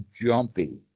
jumpy